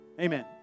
Amen